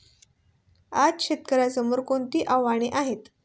आज शेतकऱ्यांसमोर कोणती आव्हाने आहेत?